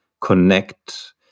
connect